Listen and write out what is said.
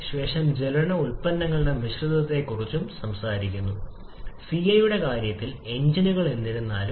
ഇതുമൂലം ഇപ്പോൾ നിങ്ങളുടെ വിപുലീകരണത്തിന് ഒരു വരി പിന്തുടർന്ന് ഇതുപോലൊന്ന് ഉണ്ടാകും ഒരു പോയിന്റിലേക്ക് നീങ്ങാൻ 4 '